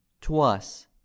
twas